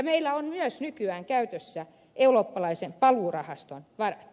meillä on myös nykyään käytössä eurooppalaisen paluurahaston varat